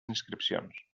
inscripcions